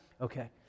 Okay